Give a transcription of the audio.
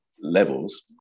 levels